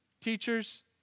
teachers